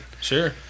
Sure